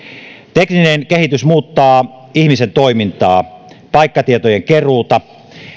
tekninen kehitys muuttaa ihmisen toimintaa ja paikkatietojen keruuta